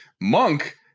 Monk